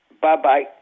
Bye-bye